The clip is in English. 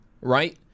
right